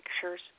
pictures